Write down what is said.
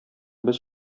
без